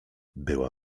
była